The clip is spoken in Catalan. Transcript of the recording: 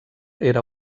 era